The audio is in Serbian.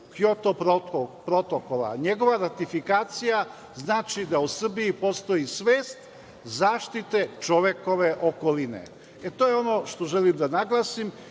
Kjoto protokola, njegova ratifikacija znači da u Srbiji postoji svest zaštite čovekove okoline. To je ono što želim da naglasim